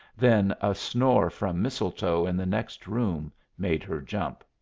then a snore from mistletoe in the next room made her jump.